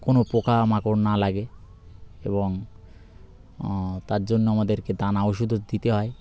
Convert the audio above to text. কোনো পোকা মাকড় না লাগে এবং তার জন্য আমাদেরকে দানা ওষুধও দিতে হয়